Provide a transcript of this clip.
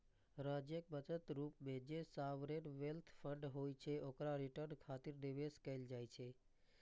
राज्यक बचत रूप मे जे सॉवरेन वेल्थ फंड होइ छै, ओकरा रिटर्न खातिर निवेश कैल जाइ छै